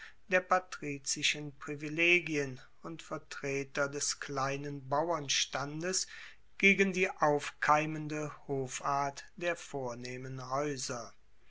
der patrizischen privilegien und vertreter des kleinen bauernstandes gegen die aufkeimende hoffart der vornehmen haeuser